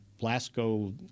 Blasco